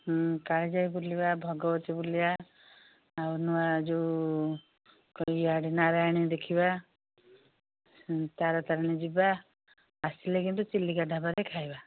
କାଳିଜାଈ ବୁଲିବା ଭଗବତୀ ବୁଲିବା ଆଉ ନୂଆ ଯେଉଁ ଏହି ଆଡ଼େ ନାରାୟଣୀ ଦେଖିବା ତାରା ତାରିଣୀ ଯିବା ଆସିଲେ କିନ୍ତୁ ଚିଲିକା ଢାବାରେ ଖାଇବା